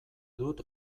dut